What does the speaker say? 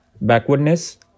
backwardness